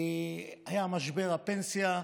היה משבר הפנסיה.